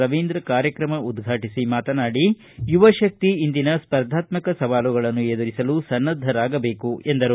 ರವೀಂದ್ರ ಕಾರ್ಯಕ್ರಮ ಉದ್ಘಾಟಿಸಿ ಮಾತನಾಡಿ ಯುವಶಕ್ತಿ ಇಂದಿನ ಸ್ವರ್ಧಾತ್ಮಕ ಸವಾಲುಗಳನ್ನು ಎದುರಿಸಲು ಸನ್ನದ್ದರಾಗಬೇಕು ಎಂದರು